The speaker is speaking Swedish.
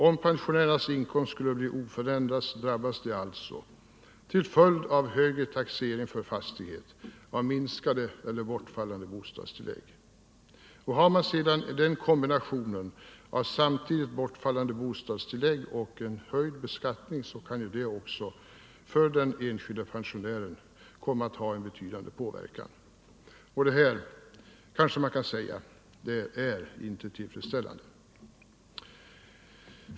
Om pensionärernas inkomster skulle bli oförändrade drabbas de alltså, till följd av högre taxeringsvärden på fastigheterna, av minskande eller bortfallande bostadstillägg. Blir det sedan fråga om en kombination av bortfallande bostadstillägg och en höjd beskattning kan det för den enskilde pensionären ha mycket stor betydelse. Jag tror att man vågar säga att detta är otillfredsställande.